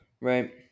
right